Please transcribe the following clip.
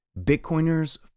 Bitcoiners